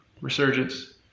resurgence